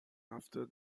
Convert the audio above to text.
after